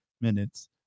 minutes